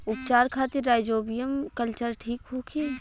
उपचार खातिर rhizobium culture ठीक होखे?